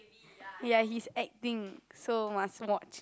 ya he's acting so must watch